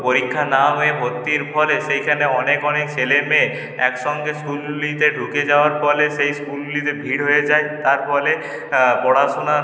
পরীক্ষা না হয়ে ভর্তির ফলে সেইখানে অনেক অনেক ছেলে মেয়ে একসঙ্গে স্কুলগুলিতে ঢুকে যাওয়ার ফলে সেই স্কুলগুলিতে ভিড় হয়ে যায় তার ফলে পড়াশোনার